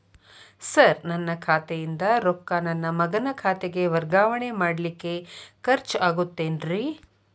Sir ನನ್ನ ಖಾತೆಯಿಂದ ರೊಕ್ಕ ನನ್ನ ಮಗನ ಖಾತೆಗೆ ವರ್ಗಾವಣೆ ಮಾಡಲಿಕ್ಕೆ ಖರ್ಚ್ ಆಗುತ್ತೇನ್ರಿ?